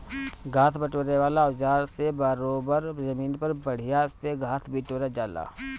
घास बिटोरे वाला औज़ार से बरोबर जमीन पर बढ़िया से घास बिटोरा जाला